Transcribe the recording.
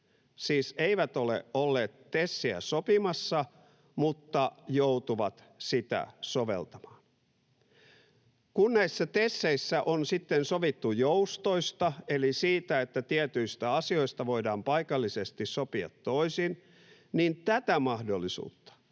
siis eivät ole olleet TESiä sopimassa mutta joutuvat sitä soveltamaan. Kun näissä TESeissä on sitten sovittu joustoista eli siitä, että tietyistä asioista voidaan paikallisesti sopia toisin, niin näillä